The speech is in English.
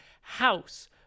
House